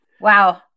Wow